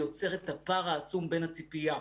יוצר את הפער העצום בין הציפייה,